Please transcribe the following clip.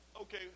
Okay